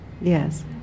Yes